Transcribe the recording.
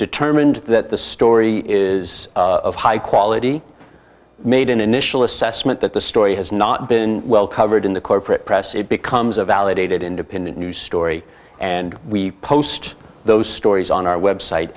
determined that the story is of high quality made an initial assessment that the story has not been well covered in the corporate press it becomes a validated independent news story and we post those stories on our website